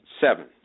Seven